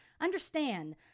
Understand